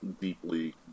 deeply